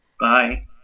Bye